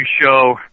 show